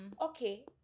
okay